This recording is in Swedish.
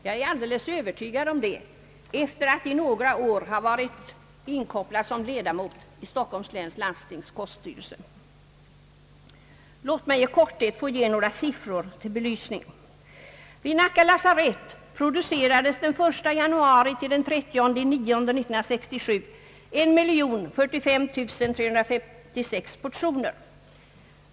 Jag är alldeles övertygad om det efter att några år ha varit inkopplad som ledamot i Stockholms läns landstings koststyrelse. Låt mig i korthet få ge några siffror till belysning. Vid Nacka lasarett producerades den 1 januari—den 30 september 1967 1045 356 portioner.